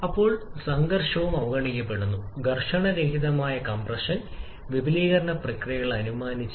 അപ്പോൾ സംഘർഷവും അവഗണിക്കപ്പെടുന്നു ഘർഷണരഹിതമായ കംപ്രഷൻ വിപുലീകരണ പ്രക്രിയകൾ അനുമാനിച്ചു